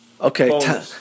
Okay